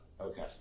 Okay